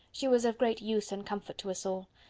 she was of great use and comfort to us all.